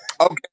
Okay